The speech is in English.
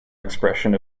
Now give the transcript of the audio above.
expression